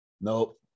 Nope